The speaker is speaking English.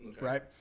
right